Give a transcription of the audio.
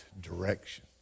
direction